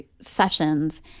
sessions